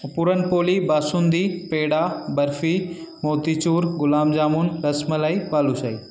puran poli basundi peda barfi motichoor gulab jamun rasmalai balushahi